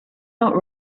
not